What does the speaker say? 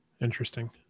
Interesting